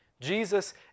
Jesus